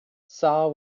saul